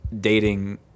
dating